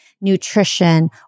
nutrition